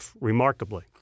remarkably